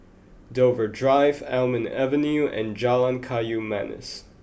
Dover Drive Almond Avenue and Jalan Kayu Manis